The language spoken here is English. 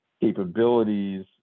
capabilities